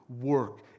Work